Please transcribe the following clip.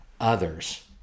others